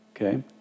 okay